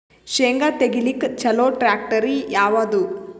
ಶೇಂಗಾ ತೆಗಿಲಿಕ್ಕ ಚಲೋ ಟ್ಯಾಕ್ಟರಿ ಯಾವಾದು?